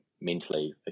mentally